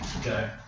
Okay